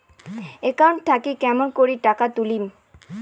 Account থাকি কেমন করি টাকা তুলিম?